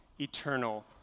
eternal